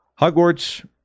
Hogwarts